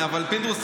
אבל פינדרוס,